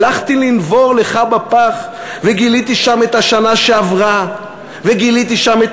הלכתי לנבור לך בפח וגיליתי שם את השנה שעברה וגיליתי שם את